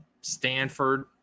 Stanford